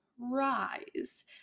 rise